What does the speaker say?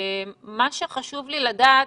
מה שחשוב לי לדעת,